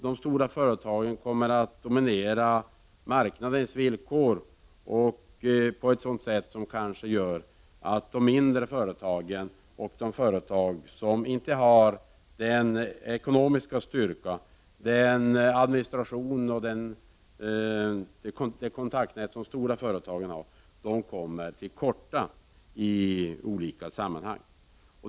De stora företagen kommer att dominera marknadens villkor på ett sådant sätt att de mindre företagen och de företag som inte har den ekonomiska styrka, den administration och det kontaktnät som stora företag har kommer till korta i olika sammanhang.